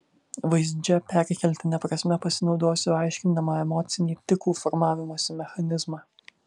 vaizdžia perkeltine prasme pasinaudosiu aiškindama emocinį tikų formavimosi mechanizmą